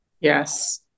Yes